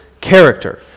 character